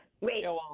Wait